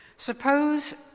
Suppose